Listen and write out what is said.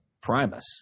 Primus